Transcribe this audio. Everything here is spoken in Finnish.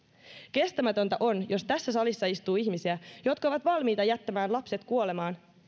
kestämätöntä on jos tässä salissa istuu ihmisiä jotka ovat valmiita jättämään lapset kuolemaan